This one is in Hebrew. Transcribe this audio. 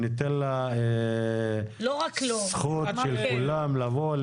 שניתן לה זכות של כולם לבוא,